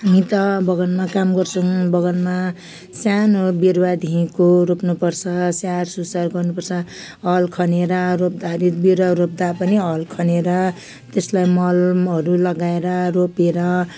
हामी त बगानमा काम गर्छौँ बगानमा सानो बिरुवादेखिको रोप्नुपर्छ स्याहारसुसार गर्नुपर्छ हल खनेर रोप्दाखेरि बिरुवा रोप्दा पनि हल खनेर त्यसलाई मलहरू लगाएर रोपेर